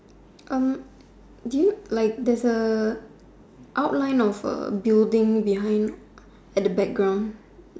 do you like there's a outline of building behind at the background